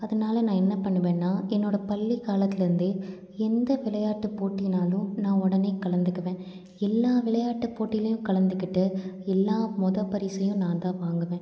அதனால நான் என்ன பண்ணுவேன்னா என்னோடய பள்ளி காலத்துலேருந்தே எந்த விளையாட்டு போட்டினாலும் நான் உடனே கலந்துக்குவேன் எல்லா விளையாட்டு போட்டிலையும் கலந்துக்கிட்டு எல்லா முத பரிசையும் நான் தான் வாங்குவேன்